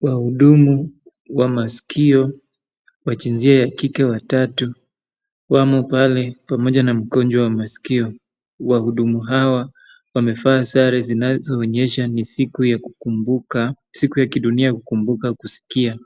Wahudumu wa masikio wa jinsia ya kike watatu, wamo pale pamoja na mgonjwa wa masikio. Wahudumu hawa wamevaa sare zinazoonyesha ni siku ya kukumbuka, siku ya kidunia kukumbuka kusikia.